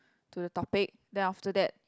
to the topic then after that